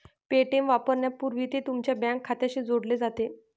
Paytm वापरण्यापूर्वी ते तुमच्या बँक खात्याशी जोडले जाते